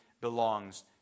belongs